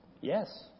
Yes